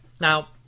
Now